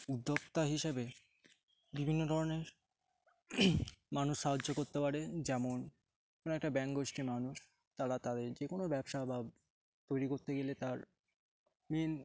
উদ্যোক্তা হিসেবে বিভিন্ন ধরনের মানুষ সাহায্য করতে পারে যেমন কোনো একটা ব্যাংক গোষ্ঠীর মানুষ তারা তাদের যে কোনো ব্যবসা বা তৈরি করতে গেলে তার মেইন